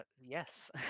Yes